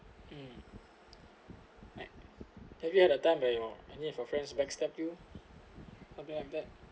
mm have you had a time like maybe when your any of your friends back stab or be and bad